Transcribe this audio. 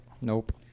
Nope